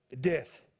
death